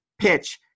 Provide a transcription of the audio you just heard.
PITCH